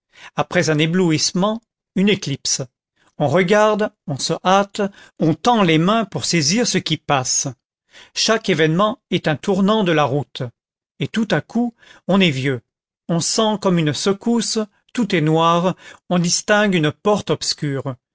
après un éblouissement une éclipse on regarde on se hâte on tend les mains pour saisir ce qui passe chaque événement est un tournant de la route et tout à coup on est vieux on sent comme une secousse tout est noir on distingue une porte obscure